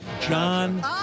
John